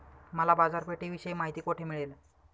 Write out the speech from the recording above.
मला बाजारपेठेविषयी माहिती कोठे मिळेल?